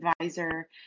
advisor